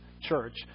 church